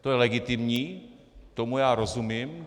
To je legitimní, tomu já rozumím.